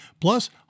Plus